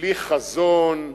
בלי חזון,